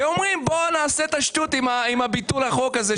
ואומרים בוא נעשה את השטות עם ביטול החוק הזה.